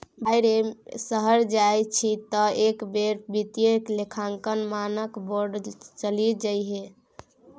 भाय रे शहर जाय छी तँ एक बेर वित्तीय लेखांकन मानक बोर्ड चलि जइहै